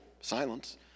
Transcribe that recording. silence